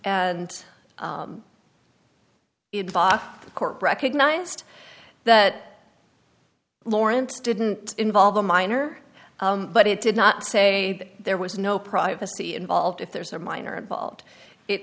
court recognized that lawrence didn't involve the minor but it did not say there was no privacy involved if there's a minor involved it